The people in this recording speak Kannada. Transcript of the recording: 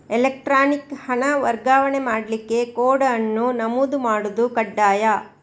ಎಲೆಕ್ಟ್ರಾನಿಕ್ ಹಣ ವರ್ಗಾವಣೆ ಮಾಡ್ಲಿಕ್ಕೆ ಕೋಡ್ ಅನ್ನು ನಮೂದು ಮಾಡುದು ಕಡ್ಡಾಯ